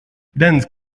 dense